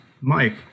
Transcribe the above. Mike